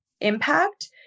impact